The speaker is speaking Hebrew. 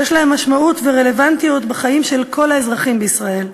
שיש להם משמעות ורלוונטיות בחיים של כל האזרחים בישראל: